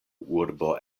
urbo